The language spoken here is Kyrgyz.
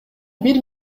бир